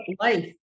life